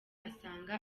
asanga